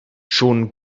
schon